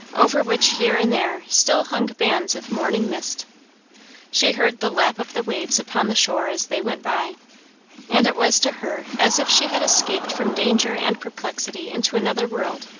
over which here and there still hung bands of morning mist she heard the lap of the waves upon the shore as they went by and it was to her as if she had escaped from danger and perplexity into another world,